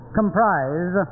comprise